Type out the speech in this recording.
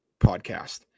podcast